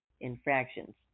infractions